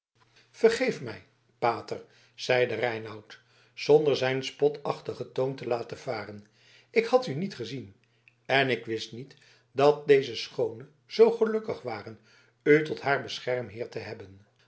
vergeef mij pater zeide reinout zonder zijn spotachtigen toon te laten varen ik had u niet gezien en ik wist niet dat deze schoonen zoo gelukkig waren u tot haar beschermheer te hebben